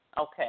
Okay